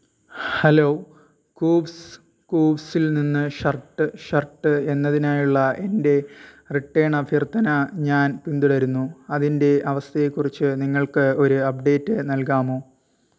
hello Koovs കൂവ്സിൽ നിന്ന് shirt shirt എന്നതിനായുള്ള എന്റെ റിട്ടേൺ അഭ്യർത്ഥന ഞാൻ പിന്തുടരുന്നു അതിന്റെ അവസ്ഥയെക്കുറിച്ച് നിങ്ങൾക്ക് ഒരു അപ്ഡേറ്റ് നൽകാമോ